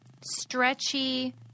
stretchy